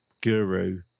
guru